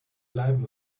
bleiben